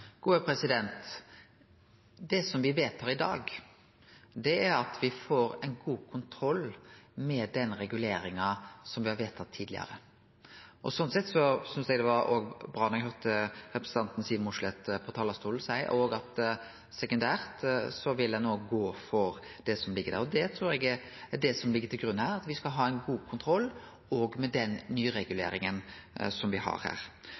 Det som me vedtar i dag, er ein god kontroll med den reguleringa som me har vedtatt tidlegare. Sånn sett synest eg det òg var bra da eg høyrde representanten Siv Mossleth frå talarstolen seie at sekundært vil ein gå for det som ligg her. Det trur eg er det som ligg til grunn her, at me skal ha ein god kontroll òg med den nyreguleringa som me får her.